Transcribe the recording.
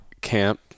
camp